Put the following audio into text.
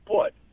put